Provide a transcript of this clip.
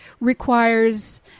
requires